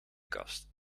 kast